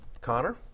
Connor